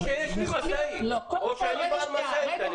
או שיש לי משאית או שאני בעל משאית.